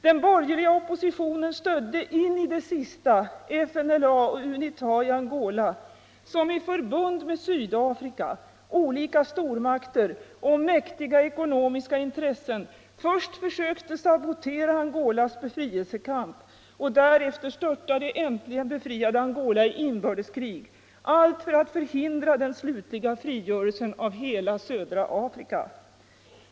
Den borgerliga oppositionen stödde in i det sista FNLA och UNITA, som i förbund med Sydafrika samt olika stormakter och mäktiga ekonomiska intressen först sökte sabotera Angolas befrielsekamp och därefter störta det äntligen befriade Angola i inbördeskrig, allt för att förhindra den slutliga frigörelsen av hela södra Afrika.